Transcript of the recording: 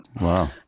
wow